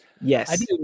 Yes